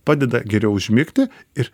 padeda geriau užmigti ir